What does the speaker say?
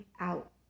out